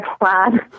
plan